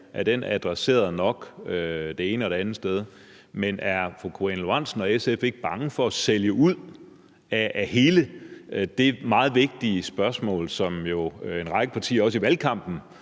er adresseret nok det ene og det andet sted, men er fru Karina Lorentzen Dehnhardt og SF ikke bange for at sælge ud i forhold til hele det meget vigtige spørgsmål, som en række partier i valgkampen